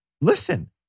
listen